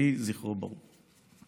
יהי זכרו ברוך.